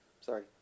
Sorry